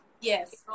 Yes